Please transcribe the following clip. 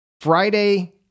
Friday